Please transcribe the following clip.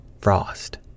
frost